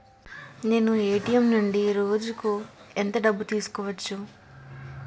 నేను ఎ.టి.ఎం నుండి రోజుకు ఎంత డబ్బు తీసుకోవచ్చు?